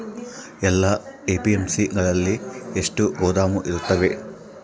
ಎಲ್ಲಾ ಎ.ಪಿ.ಎಮ್.ಸಿ ಗಳಲ್ಲಿ ಎಷ್ಟು ಗೋದಾಮು ಇರುತ್ತವೆ?